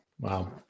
Wow